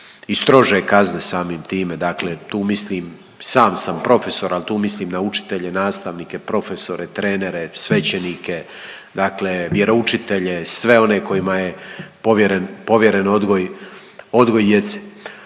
time. Dakle, tu mislim, sam sam profesor, ali tu mislim na učitelje, nastavnike, profesore, trenere, svećenike, dakle vjeroučitelje, sve one kojima je povjeren odgoj djece.